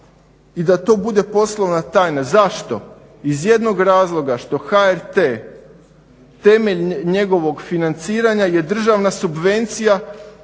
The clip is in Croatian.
i da to bude poslovna tajna. Zašto, iz jednog razloga što HRT, temelj njegovog financiranja je državna subvencija